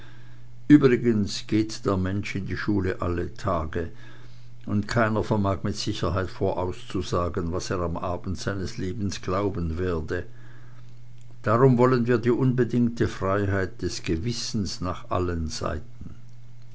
übrigens geht der mensch in die schule alle tage und keiner vermag mit sicherheit vorauszusagen was er am abend seines lebens glauben werde darum wollen wir die unbedingte freiheit des gewissens nach allen seiten